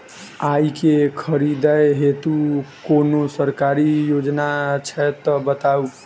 आइ केँ खरीदै हेतु कोनो सरकारी योजना छै तऽ बताउ?